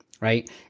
right